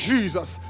Jesus